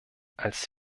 als